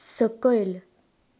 सकयल